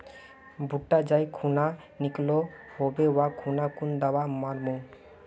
भुट्टा जाई खुना निकलो होबे वा खुना कुन दावा मार्मु?